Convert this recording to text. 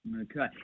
Okay